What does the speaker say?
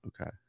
Okay